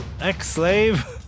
ex-slave